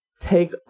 take